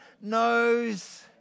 knows